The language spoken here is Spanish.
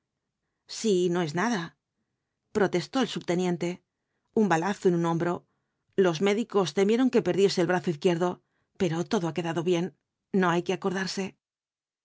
si no es nada protestó el subteniente un balazo en un hombro los médicos temieron que perdiese el brazo izquierdo pero todo ha quedado bien no hay que acordarse